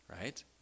right